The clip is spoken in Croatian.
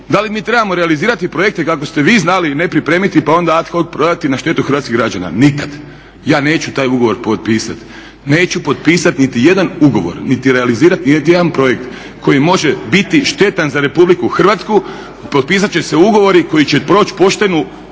Da li mi trebamo realizirati projekte kako ste vi znali ne pripremiti pa onda ad hoc prodati na štetu hrvatskih građana? Nikad, ja neću taj ugovor potpisati, neću potpisati niti jedan ugovor, niti realizirati niti jedan projekt koji može biti štetan za RH. Potpisat će se ugovori koji će proći poštenu